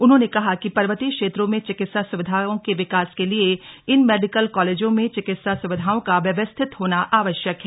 उन्होंने कहा कि पर्वतीय क्षेत्रों में चिकित्सा सुविधाओं के विकास के लिए इन मेडिकल कॉलेजों में चिकित्सा सुविधाओं का व्यवस्थित होना आवश्यक है